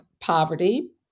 poverty